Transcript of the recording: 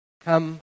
come